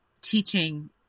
teaching